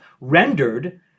rendered